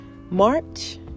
March